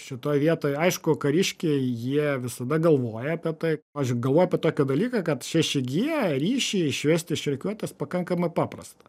šitoje vietoj aišku kariškiai jie visada galvoja apie tai aš galvoju apie tokį dalyką kad šeši gie ryšį išvest iš rikiuotės pakankamai paprasta